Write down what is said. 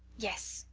yes,